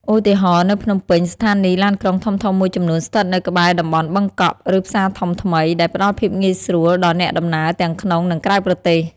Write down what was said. ឧទាហរណ៍ នៅភ្នំពេញ ស្ថានីយ៍ឡានក្រុងធំៗមួយចំនួនស្ថិតនៅក្បែរតំបន់បឹងកក់ ឬផ្សារធំថ្មី ដែលផ្តល់ភាពងាយស្រួលដល់អ្នកដំណើរទាំងក្នុង និងក្រៅប្រទេស។